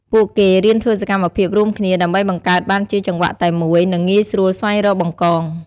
ពួកគេរៀនធ្វើសកម្មភាពរួមគ្នា ដើម្បីបង្កើតបានជាចង្វាក់តែមួយ និងងាយស្រួលស្វែងរក បង្កង។